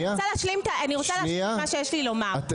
אני רוצה להשלים את מה שיש לי לומר.